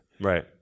right